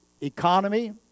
economy